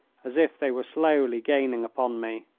as if they were slowly gaining upon me.